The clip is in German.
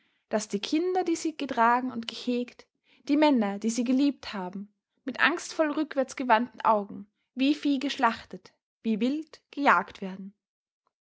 daß die kinder die sie getragen und gehegt die männer die sie geliebt haben mit angstvoll rückwärts gewandten augen wie vieh geschlachtet wie wild gejagt werden